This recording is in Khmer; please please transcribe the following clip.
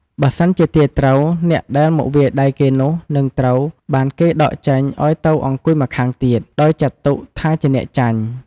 បើសិនជាទាយត្រូវ អ្នកដែលមកវាយដៃគេនោះ និងត្រូវបានគេដកចេញឲ្យទៅអង្គុយម្ខាងទៀត ដោយចាត់ទុកថាជាអ្នកចាញ់។